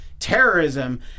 terrorism